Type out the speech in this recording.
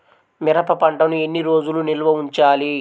మిరప పంటను ఎన్ని రోజులు నిల్వ ఉంచాలి?